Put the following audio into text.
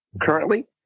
currently